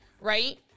right